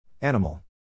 Animal